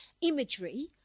imagery